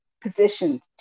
positioned